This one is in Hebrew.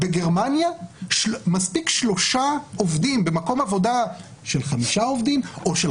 בגרמניה מספיקים שלושה עובדים במקום עבודה של חמישה עובדים או של